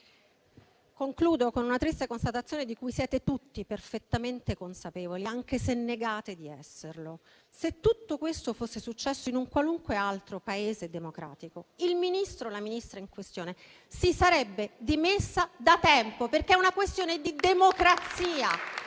davvero con una triste constatazione, di cui siete tutti perfettamente consapevoli, anche se negate di esserlo. Se tutto questo fosse successo in un qualunque altro Paese democratico, il Ministro o la Ministra in questione si sarebbero dimessi da tempo, perché questa è una questione di democrazia.